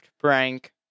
prank